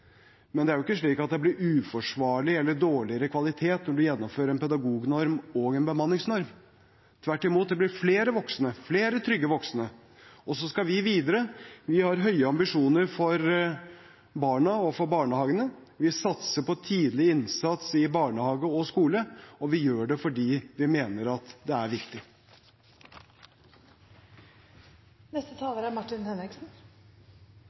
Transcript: Men det er jo ikke slik at det blir uforsvarlig eller dårligere kvalitet når vi gjennomfører en pedagognorm og en bemanningsnorm. Tvert imot – det blir flere voksne, flere trygge voksne. Og vi skal videre. Vi har høye ambisjoner for barna og for barnehagene. Vi satser på tidlig innsats i barnehage og skole, og vi gjør det fordi vi mener at det er